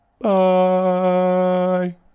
bye